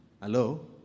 Hello